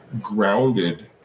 grounded